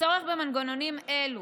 הצורך במנגנונים אלו,